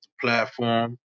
platform